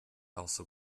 also